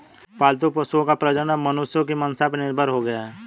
पालतू पशुओं का प्रजनन अब मनुष्यों की मंसा पर निर्भर हो गया है